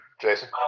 Jason